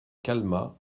calma